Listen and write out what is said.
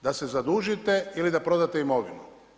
Da se zadužite ili da prodate imovinu.